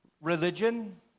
religion